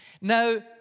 Now